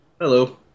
hello